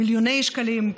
מיליוני שקלים.